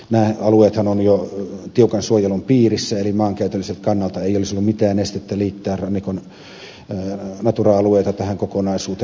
nämä alueethan ovat jo tiukan suojelun piirissä eli maankäytön kannalta ei olisi ollut mitään estettä liittää rannikon natura alueita tähän kokonaisuuteen